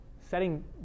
Setting